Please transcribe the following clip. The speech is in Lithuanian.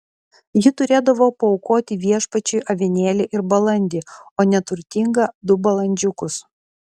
ji turėdavo paaukoti viešpačiui avinėlį ir balandį o neturtinga du balandžiukus